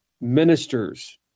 ministers